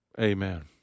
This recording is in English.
Amen